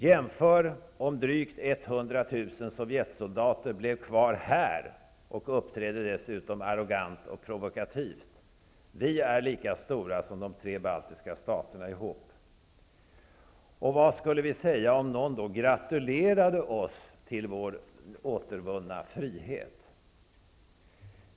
Jämför det förhållandet att drygt 100 000 sovjetsoldater blev kvar här och att de dessutom uppträdde arrogant och provokativt. Sverige är lika stort som de tre baltiska staterna tillsammans. Vad skulle vi säga om någon under de här förhållandena gratulerade oss till vår återvunna frihet?